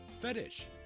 Fetish